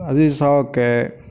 আজি চাওক এ